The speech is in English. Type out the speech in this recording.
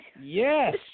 Yes